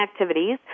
activities